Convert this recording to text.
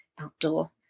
outdoor